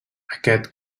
aquest